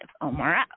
Omar